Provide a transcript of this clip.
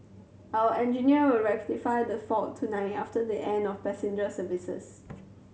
our engineer will rectify the fault tonight after the end of passenger services